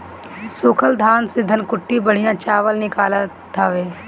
सूखल धान से धनकुट्टी बढ़िया चावल निकालत हवे